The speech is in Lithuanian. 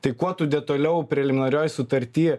tai kuo tu detaliau preliminarioj sutarty